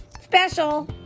special